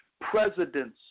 presidents